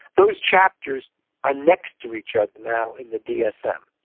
those chapters are next to each other now in the dsm.